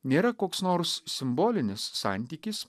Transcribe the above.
nėra koks nors simbolinis santykis